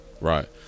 right